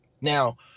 now